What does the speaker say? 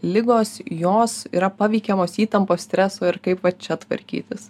ligos jos yra paveikiamos įtampos streso ir kaip va čia tvarkytis